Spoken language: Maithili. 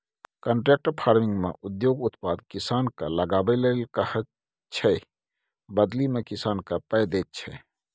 कांट्रेक्ट फार्मिंगमे उद्योग उत्पाद किसानकेँ लगाबै लेल कहैत छै बदलीमे किसानकेँ पाइ दैत छै